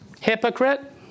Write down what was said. hypocrite